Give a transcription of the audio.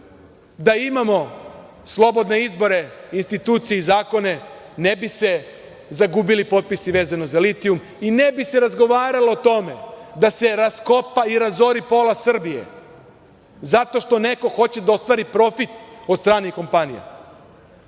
da imamo slobodne izbore, institucije i zakone, ne bi se zagubili potpisi vezano za litijum i ne bi se razgovaralo o tome da se raskopa i razori pola Srbije zato što neko hoće da ostvari profit od stranih kompanija. Dakle,